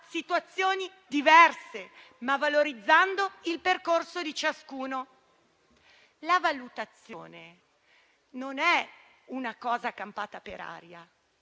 situazioni diverse, valorizzando il percorso di ciascuno. La valutazione non è una cosa campata per aria;